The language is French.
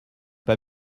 pas